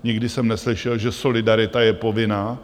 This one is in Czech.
Nikdy jsem neslyšel, že solidarita je povinná.